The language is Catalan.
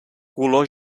color